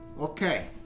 okay